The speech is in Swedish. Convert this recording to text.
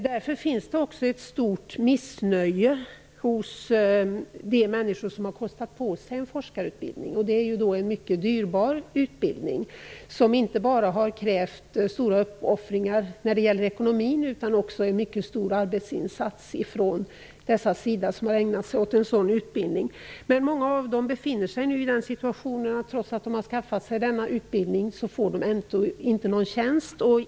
Därför finns det också ett stort missnöje hos de människor som har kostat på sig en forskarutbildning. Det är en mycket dyrbar utbildning. Den kräver inte bara stora uppoffringar ekonomiskt utan också en mycket stor arbetsinsats. Många som har skaffat sig en sådan utbildning befinner sig ändock i en sådan situation att de inte får någon tjänst.